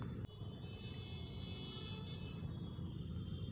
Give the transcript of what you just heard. धनिया कोन सा मौसम मां लगथे?